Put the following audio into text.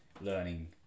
learning